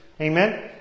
Amen